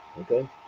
okay